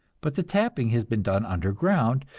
but the tapping has been done underground,